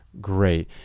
great